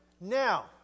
Now